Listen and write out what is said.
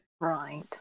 Right